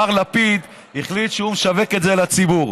מר לפיד החליט שהוא משווק את זה לציבור.